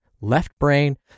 left-brain